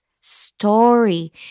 story